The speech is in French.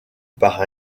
par